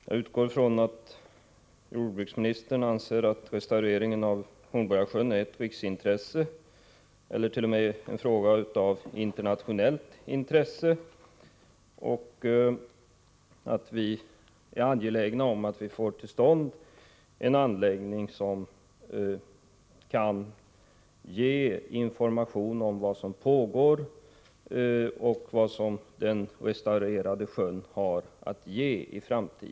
Jag utgår från att jordbruksministern anser att restaureringen av Hornborgasjön är ett riksintresse eller t.o.m. en fråga av internationellt intresse och även anser att det är angeläget att få till stånd en anläggning som kan ge information om vad som pågår och vad den restaurerade sjön har att ge.